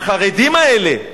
"החרדים האלה,